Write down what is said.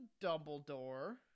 Dumbledore